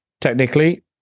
Technically